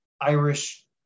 Irish